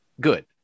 good